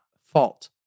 fault